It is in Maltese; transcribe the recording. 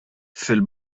fil